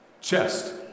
Chest